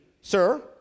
Sir